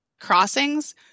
crossings